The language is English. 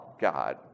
God